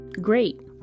Great